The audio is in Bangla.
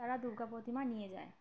তারা দুর্গা প্রতিমা নিয়ে যায়